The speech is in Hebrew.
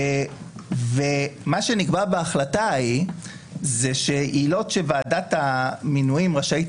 מה שנקבע בהחלטה ההיא הוא שעילות שוועדת המינויים רשאית